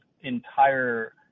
entire